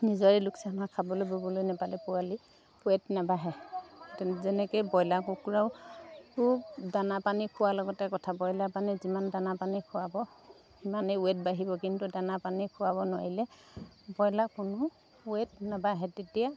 নিজৰে লোকচান হয় খাবলৈ ব'বলৈ নাপালে পোৱালি ৱে'ট নাবাঢ়ে যেনেকৈ ব্ৰইলাৰ কুকুৰাও দানা পানী খোৱাৰ লগতে কথা ব্ৰইলাৰ পানী যিমান দানা পানী খুৱাব সিমানেই ৱে'ট বাঢ়িব কিন্তু দানা পানী খোৱাব নোৱাৰিলে ব্ৰইলাৰ কোনো ৱে'ট নাবাঢ়ে তেতিয়া